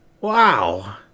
Wow